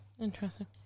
Interesting